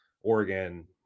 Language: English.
Oregon